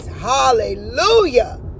Hallelujah